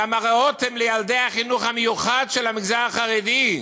גם הריעותם לילדי החינוך המיוחד של המגזר החרדי.